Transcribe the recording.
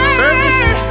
service